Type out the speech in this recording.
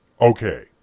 Okay